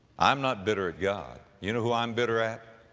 i'm not bitter at god. you know who i'm bitter at?